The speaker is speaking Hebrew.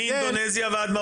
מאינדונזיה ועד מרוקו